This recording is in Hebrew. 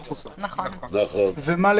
החובה לשהות במקום בידוד מטעם המדינה לכן אין את האפשרות